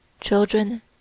children